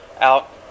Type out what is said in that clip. out